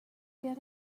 get